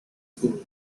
school